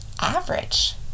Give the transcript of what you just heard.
average